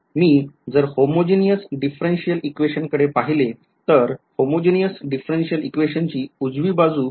मी जर homogeneous differential equation कडे पहिले तर homogeneous differential equation ची उजवी बाजू काय आहे